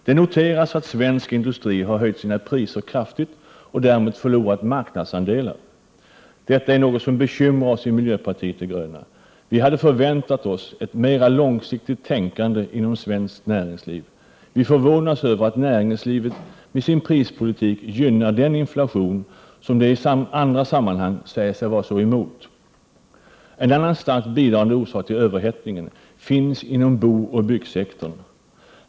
Det noteras att svensk industri har höjt sina priser kraftigt och därmed förlorat marknadsandelar. Detta är något som bekymrar oss i miljöpartiet de gröna. Vi hade förväntat oss ett mera långsiktigt tänkande inom svenskt näringsliv. Vi förvånas över att näringslivet med sin prispolitik gynnar den inflation som det i andra sammanhang säger sig vara så bestämt emot. En annan starkt bidragande orsak till överhettningen finns inom booch byggsektorn.